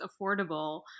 affordable